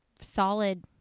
solid